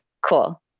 cool